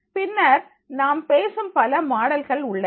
பின்னர் நாம் பேசும் பல மாடல்கள் உள்ளன